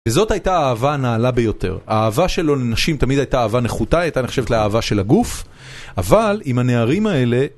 וזאת הייתה האהבה הנעלה ביותר. האהבה שלו לנשים תמיד הייתה אהבה נחותה, היא הייתה נחשבת לאהבה של הגוף, אבל, עם הנערים האלה...